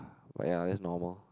but ya that's normal